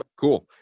cool